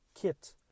kit